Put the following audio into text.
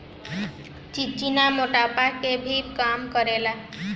चिचिना मोटापा के भी कम करेला